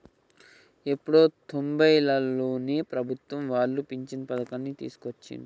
ఎప్పుడో తొంబైలలోనే ప్రభుత్వం వాళ్ళు పించను పథకాన్ని తీసుకొచ్చిండ్రు